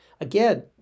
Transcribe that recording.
again